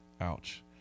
Ouch